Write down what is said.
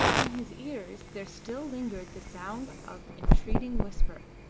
in his ears there still lingered the sound of entreating whisper